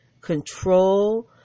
control